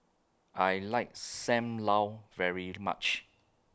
I like SAM Lau very much